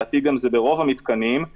לדבר עם הסנגור שלך,